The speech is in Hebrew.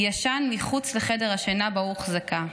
ישן מחוץ לחדר השינה שבו הוחזקה.